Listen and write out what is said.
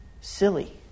silly